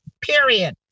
Period